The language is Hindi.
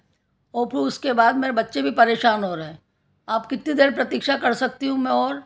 और फिर उसके बाद में बच्चे भी परेशान हो रहे हैं आप कितनी देर प्रतीक्षा कर सकती हूँ मैं और